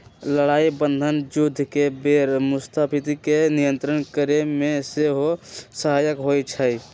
लड़ाइ बन्धन जुद्ध के बेर मुद्रास्फीति के नियंत्रित करेमे सेहो सहायक होइ छइ